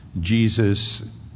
Jesus